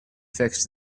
fix